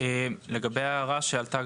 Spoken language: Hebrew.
לגבי ההערה שעלתה,